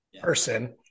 person